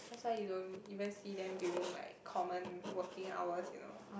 that's why you don't even see them during like common working hours you know